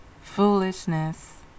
foolishness